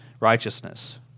righteousness